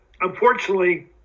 unfortunately